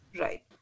Right